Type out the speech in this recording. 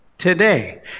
Today